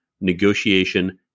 negotiation